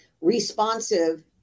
responsive